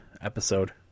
episode